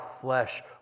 flesh